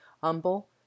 humble